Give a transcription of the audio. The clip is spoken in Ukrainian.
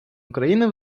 україни